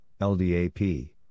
LDAP